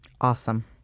Awesome